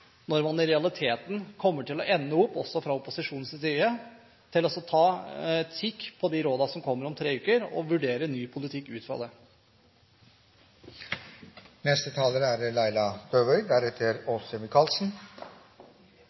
når man i realiteten kommer til å ende opp – også fra opposisjonens side – med å ta en kikk på de rådene som kommer om tre uker, og vurdere ny politikk ut fra det.